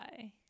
-bye